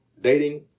dating